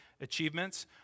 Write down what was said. achievements